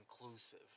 inclusive